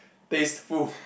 tasteful